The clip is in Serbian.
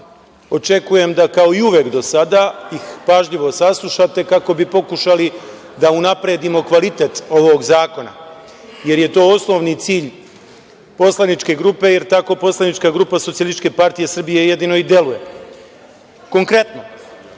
očekujem da kao i uvek do sada ih pa žljivo saslušate kako bi pokušali da unapredimo kvalitet ovog zakona, jer je to osnovni cilj poslaničke grupe, jer tako poslanička grupa SPS jedino i deluje. Konkretno,